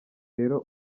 rero